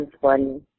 one